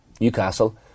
Newcastle